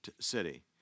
city